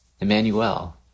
Emmanuel